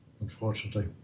unfortunately